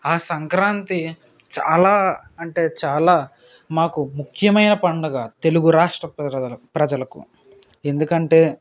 ఆ సంక్రాంతి చాలా అంటే చాలా మాకు ముఖ్యమైన పండుగ తెలుగు రాష్ట్ర ప్రజలలో ప్రజలకు ఎందుకంటే